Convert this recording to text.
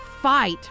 fight